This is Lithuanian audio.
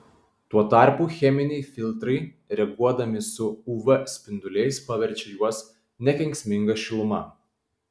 tuo tarpu cheminiai filtrai reaguodami su uv spinduliais paverčia juos nekenksminga šiluma